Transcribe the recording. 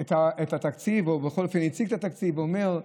את התקציב, או בכל אופן הציג את התקציב, ואומר: